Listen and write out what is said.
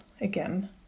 Again